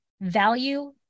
value